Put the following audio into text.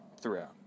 throughout